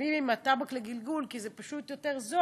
שמסתובבים עם הטבק לגלגול כי זה פשוט יותר זול,